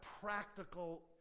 practical